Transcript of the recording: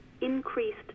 increased